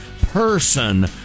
person